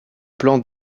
plan